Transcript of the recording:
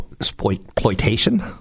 Exploitation